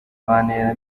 bantera